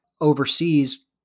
overseas